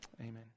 Amen